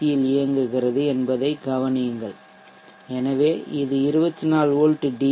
C யில் இயங்குகிறது என்பதைக் கவனியுங்கள் எனவே இது 24 வோல்ட் டி